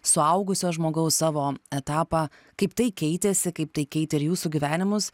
suaugusio žmogaus savo etapą kaip tai keitėsi kaip tai keitė ir jūsų gyvenimus